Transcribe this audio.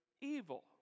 evil